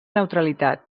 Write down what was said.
neutralitat